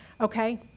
okay